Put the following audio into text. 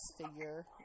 figure